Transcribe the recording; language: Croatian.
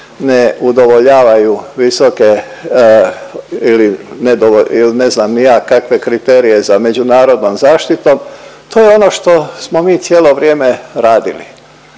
ne udovoljavaju visoke ili nedo… ili ne znam ni ja kakve kriterije za međunarodnom zaštitom to je ono što smo mi cijelo vrijeme radili.